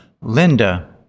Linda